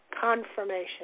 confirmation